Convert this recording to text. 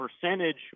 percentage –